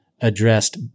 addressed